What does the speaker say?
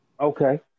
Okay